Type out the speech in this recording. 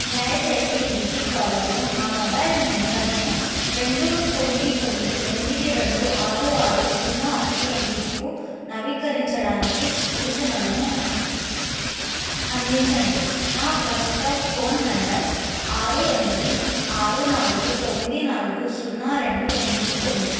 దయచేసి డిజికాలర్లో నా మొబైల్ నెంబర్ను రెండు తొమ్మిది తొమ్మిది ఎనిమిది రెండు ఆరు ఆరు సున్నా ఒకటి ఎనిమిదికు నవీకరించడానికి సూచనలను అం అందించండి నా ప్రస్తుత ఫోన్ నంబర్ ఆరు ఎనిమిది ఆరు నాలుగు తొమ్మిది నాలుగు సున్నా రెండు ఎనిమిది తొమ్మిది